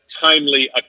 timely